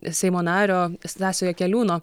seimo nario stasio jakeliūno